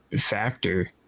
factor